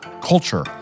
culture